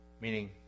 meaning